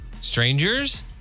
Strangers